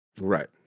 right